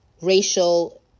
racial